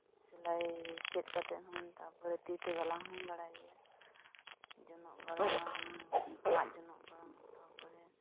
ᱥᱤᱞᱟᱹᱭ ᱪᱮᱫ ᱠᱟᱛᱮᱫ ᱦᱚᱸ ᱛᱟᱨᱯᱚᱨᱮ ᱛᱤ ᱛᱮ ᱜᱟᱞᱟᱝ ᱦᱚᱸᱧ ᱵᱟᱲᱟᱭ ᱜᱮᱭᱟ ᱡᱚᱱᱚᱜ ᱜᱟᱞᱟᱝ ᱢᱟᱜ ᱡᱚᱱᱚᱜ ᱜᱟᱞᱟᱝ ᱛᱟᱨᱯᱚᱨᱮ